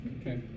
okay